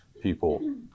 people